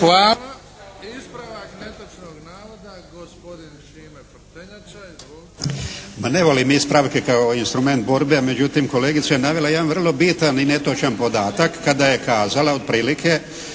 Hvala. Ispravak netočnog navoda, gospodin Šime Prtenjača.